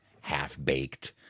Half-Baked